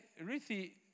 Ruthie